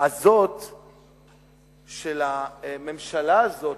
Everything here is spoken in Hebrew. הזאת של הממשלה הזאת